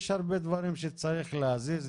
יש הרבה דברים שצריך להזיז,